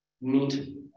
meet